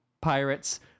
pirates